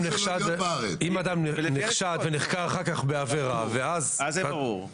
אם אדם נחשד ונחקר אחר כך בעבירה ואז --- אז זה ברור.